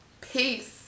peace